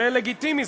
זה לגיטימי,